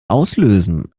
auslösen